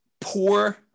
Poor